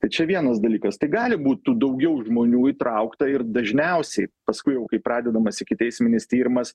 tai čia vienas dalykas tai gali būt tų daugiau žmonių įtraukta ir dažniausiai paskui jau kai pradedamas ikiteisminis tyrimas